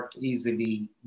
easily